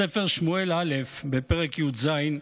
בספר שמואל א', בפרק י"ז,